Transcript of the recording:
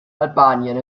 albanien